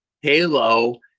halo